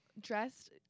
dressed